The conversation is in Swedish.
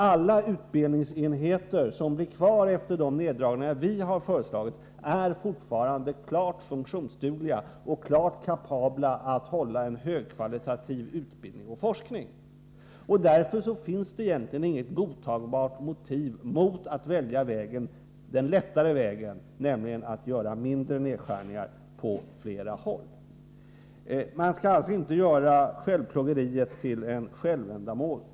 Alla utbildningsenheter som blir kvar efter de neddragningar vi har föreslagit är fortfarande klart funktionsdugliga och klart kapabla att hålla en högkvalitativ utbildning och forskning. Därför finns det egentligen inga godtagbara motiv mot att välja den lättare vägen — nämligen att göra mindre nedskärningar på flera håll. — Man skall inte göra självplågeriet till ett självändamål.